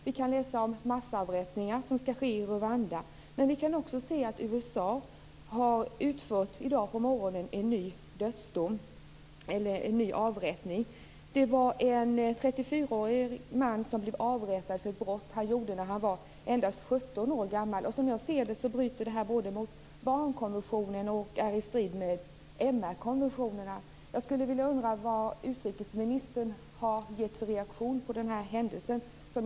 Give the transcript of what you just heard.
Vi kan läsa om massavrättningar som skall ske i Rwanda, men vi vet också att USA i dag på morgonen har utfört en ny avrättning. Det var en 34-årig man som blev avrättad för ett brott han begick när han var endast 17 år gammal. Som jag ser det bryter detta mot barnkonventionen, och det är i strid med MR konventionerna. Jag undrar vilken utrikesministerns reaktion på denna händelse är.